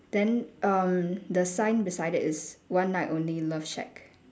then um the sign beside it is one night only love shack